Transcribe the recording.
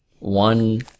one